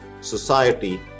society